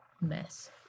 mess